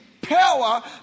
power